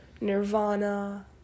Nirvana